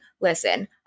listen